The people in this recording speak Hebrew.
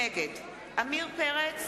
נגד עמיר פרץ,